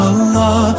Allah